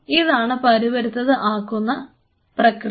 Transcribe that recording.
ഇതാണ് പരുപരുത്തത് ആക്കുന്ന പ്രക്രിയ